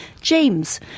James